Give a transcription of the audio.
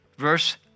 Verse